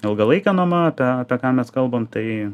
ilgalaikė nuoma apie apie ką mes kalbam tai